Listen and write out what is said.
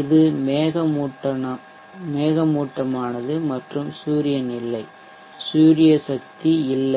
இது மேகமூட்டமானது மற்றும் சூரியன் இல்லை சூரிய சக்தி இல்லை